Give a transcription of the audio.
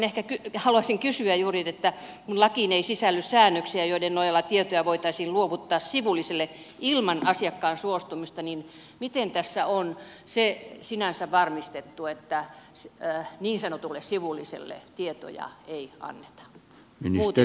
minä haluaisin kysyä juuri kun lakiin ei sisälly säännöksiä joiden nojalla tietoja voitaisiin luovuttaa sivulliselle ilman asiakkaan suostumusta miten tässä on se sinänsä varmistettu että niin sanotulle sivulliselle tietoja ei anneta